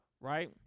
right